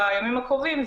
את החולים שהחלימו,